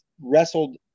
wrestled